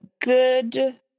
good